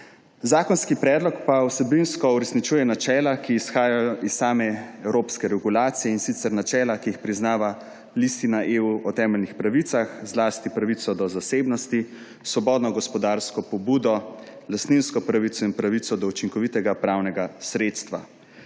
Zakonski predlog pa vsebinsko uresničuje načela, ki izhajajo iz same evropske regulacije, in sicer načela, ki jih priznava listina EU o temeljnih pravicah, zlasti pravico do zasebnosti, svobodno gospodarsko pobudo, lastninsko pravico in pravico do učinkovitega pravnega sredstva.